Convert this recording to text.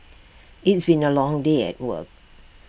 it's been A long day at work